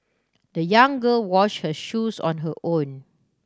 the young girl wash her shoes on her own